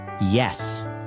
yes